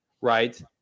right